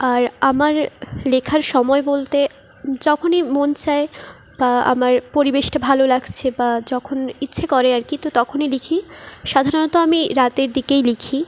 আর আমার লেখার সময় বলতে যখনই মন চায় বা আমার পরিবেশটা ভালো লাগছে বা যখন ইচ্ছে করে আর কি তো তখনই লিখি সাধারণত আমি রাতের দিকেই লিখি